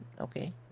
Okay